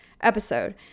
episode